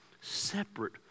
separate